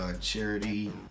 Charity